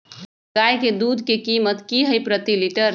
गाय के दूध के कीमत की हई प्रति लिटर?